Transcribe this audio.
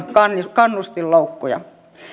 kannustinloukkuja